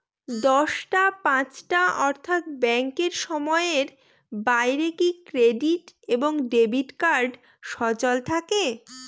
দশটা পাঁচটা অর্থ্যাত ব্যাংকের সময়ের বাইরে কি ক্রেডিট এবং ডেবিট কার্ড সচল থাকে?